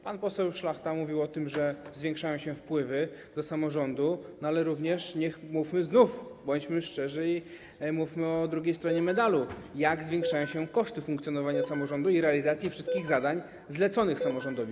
Pan poseł Szlachta mówił o tym, że zwiększają się wpływy do samorządu, ale również znów bądźmy szczerzy i mówmy o drugiej stronie medalu, jak zwiększają się koszty funkcjonowania samorządu i realizacji wszystkich zadań zleconych samorządowi.